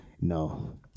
no